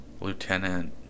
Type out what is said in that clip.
lieutenant